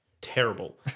terrible